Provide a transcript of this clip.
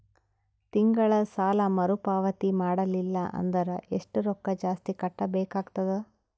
ತಿಂಗಳ ಸಾಲಾ ಮರು ಪಾವತಿ ಮಾಡಲಿಲ್ಲ ಅಂದರ ಎಷ್ಟ ರೊಕ್ಕ ಜಾಸ್ತಿ ಕಟ್ಟಬೇಕಾಗತದ?